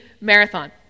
marathon